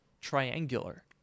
triangular